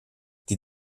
die